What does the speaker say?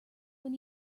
when